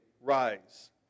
rise